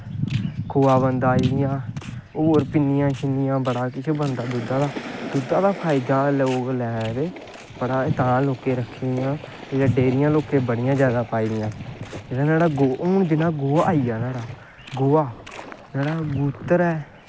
खोहा बनदा जि'यां होर पिन्नियां शिन्नियां बड़ा किश बनदा दुद्ध दा दुद्धै दा फैदा लोग लै दे तां लोकें रक्खी दियां डेरियां लोकें बड़ियां जैदा पाई दियां हून जि'यां गोहा आइया नोहाड़ा गूत्तर ऐ